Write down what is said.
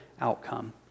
outcome